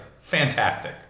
fantastic